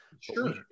Sure